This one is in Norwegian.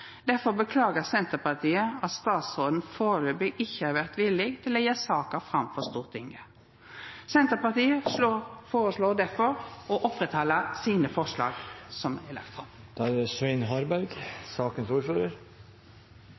beklagar Senterpartiet at statsråden førebels ikkje har vore villig til å leggja saka fram for Stortinget. Senterpartiet føreslår difor å halda fast på forslaga sine, som er